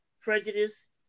prejudice